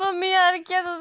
mummy यार केह् तुस